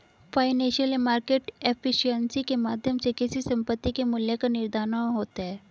financial market efficiency के माध्यम से किसी संपत्ति के मूल्य का निर्धारण होता है